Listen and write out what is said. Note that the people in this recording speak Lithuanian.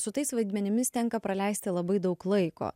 su tais vaidmenimis tenka praleisti labai daug laiko